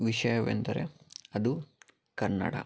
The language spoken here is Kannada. ವಿಷಯವೆಂದರೆ ಅದು ಕನ್ನಡ